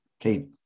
okay